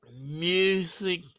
music